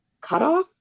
cutoff